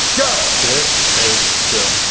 go! get a kill.